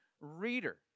reader